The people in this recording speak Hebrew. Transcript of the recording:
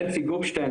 בנצי גופשטיין,